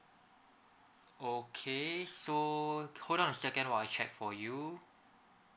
okay so hold on a second while I check for you